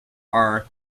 are